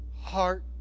heart